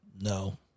No